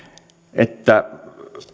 että